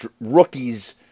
rookies